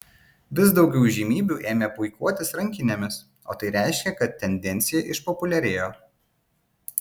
vis daugiau įžymybių ėmė puikuotis rankinėmis o tai reiškė kad tendencija išpopuliarėjo